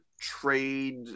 trade